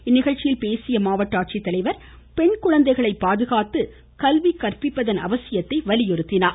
இந்நிகழ்ச்சியில் பேசியஅவர் பெண் குழந்தைகளை பாதுகாத்து கல்வி கற்பிப்பதன் அவசியத்தை வலியுறுத்தினார்